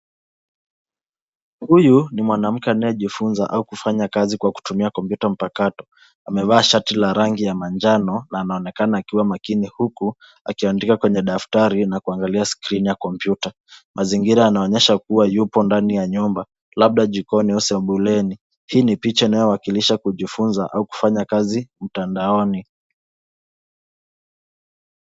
Huyu ni mwanamke anayejifunza au kufanya kazi kwa kutumia kompyuta mpakato. Amevaa shati la rangi ya manjano na anaonekana akiwa makini huku, akiandika kwenye daftari na kuangalia skrini ya kompyuta. Mazingira yanaonyesha kuwa yupo ndani ya nyumba, labda jikoni au sebuleni. Hii ni picha inayowakilisha kujifunza au kufanya kazi mtandaoni.